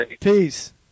Peace